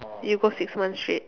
you go six months straight